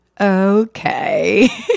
okay